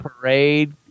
parade